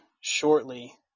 shortly